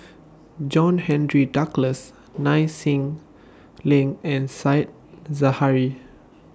John Henry Duclos Nai Swee Leng and Said Zahari